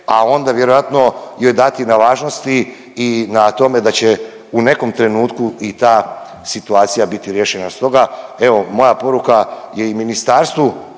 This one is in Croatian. a onda joj vjerojatno dati na važnosti i na tome da će u nekom trenutku i ta situacija biti riješena. Stoga, evo moja poruka je i ministarstvu